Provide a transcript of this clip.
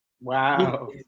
Wow